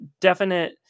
definite